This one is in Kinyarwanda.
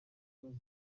bibazo